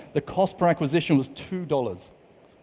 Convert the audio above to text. the cost per acquisition was two dollars.